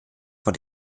vor